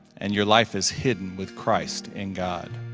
and your life is hidden with christ in god.